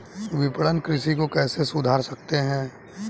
विपणन कृषि को कैसे सुधार सकते हैं?